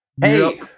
Hey